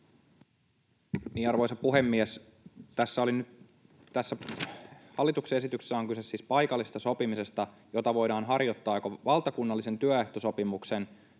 Arvoisa puhemies! Tässä hallituksen esityksessä on kyse siis paikallisesta sopimisesta, jota voidaan harjoittaa joko valtakunnallisessa työehtosopimuksessa